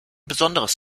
besonderes